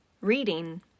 reading